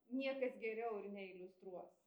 niekas geriau ir neiliustruos